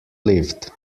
lived